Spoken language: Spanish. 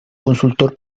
consultor